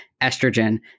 estrogen